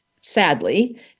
sadly